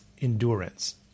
endurance